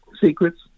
secrets